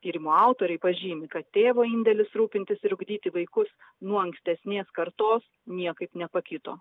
tyrimo autoriai pažymi kad tėvo indėlis rūpintis ir ugdyti vaikus nuo ankstesnės kartos niekaip nepakito